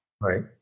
right